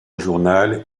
journal